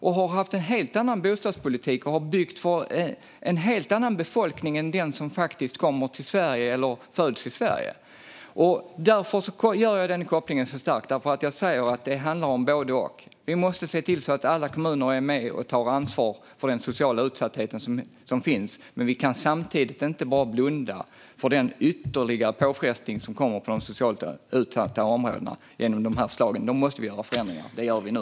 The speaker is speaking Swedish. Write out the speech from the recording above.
De har haft en helt annan bostadspolitik och har byggt för en helt annan befolkning än den som faktiskt kommer till Sverige eller föds här. Därför gör jag så starkt denna koppling. Det handlar om både och. Vi måste se till att alla kommuner är med och tar ansvar för den sociala utsatthet som finns, men samtidigt kan vi inte blunda för den ytterligare påfrestning som dessa förslag medför för de socialt utsatta områdena. Vi måste göra förändringar, och det gör vi nu.